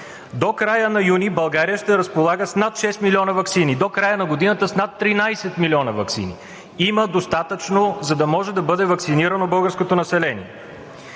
До края на месец юни България ще разполага с над 6 милиона ваксини, до края на годината – с над 13 милиона. Има достатъчно, за да може да бъде ваксинирано българското население.